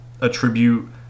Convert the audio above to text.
attribute